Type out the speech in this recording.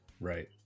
Right